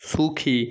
সুখী